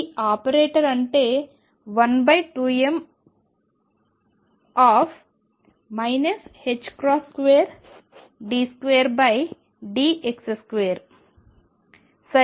ఈ ఆపరేటర్ అంటే 12m 2d2dx2nVxn